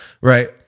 Right